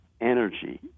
energy